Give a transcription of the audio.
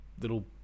little